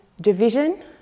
division